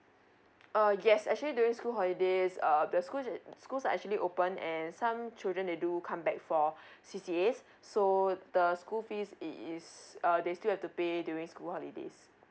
uh yes actually during school holidays err the school the schools are actually open and some children they do come back for C_C_A so the school fees it is uh they still have to pay during school holidays